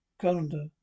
calendar